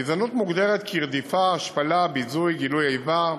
גזענות מוגדרת כרדיפה, השפלה, ביזוי, גילוי איבה,